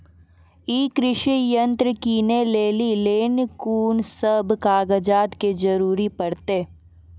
ई कृषि यंत्र किनै लेली लेल कून सब कागजात के जरूरी परतै?